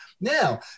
now